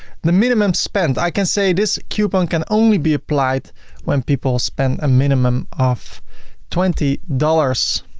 the minimum spend, i can say this coupon can only be applied when people spend a minimum of twenty dollars.